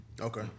Okay